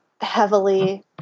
heavily